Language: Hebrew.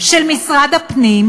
של משרד הפנים,